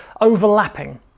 overlapping